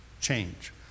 change